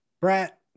Brett